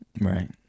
right